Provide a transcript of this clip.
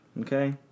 Okay